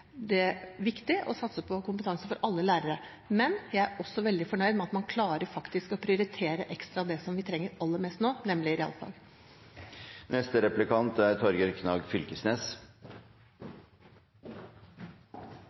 er det viktig å satse på kompetanse for alle lærere. Men jeg er også veldig fornøyd med at man faktisk klarer å prioritere ekstra det vi trenger aller mest nå, nemlig realfag.